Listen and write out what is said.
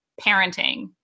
parenting